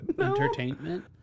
Entertainment